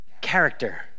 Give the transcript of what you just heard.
character